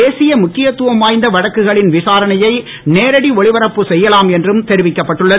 தேசிய முக்கியத்துவம் வாய்ந்த வழக்குகளின் விசாரணையை நேரடி ஒளிபரப்பு செய்யலாம் என்றும் தெரிவிக்கப்பட்டுள்ளது